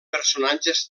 personatges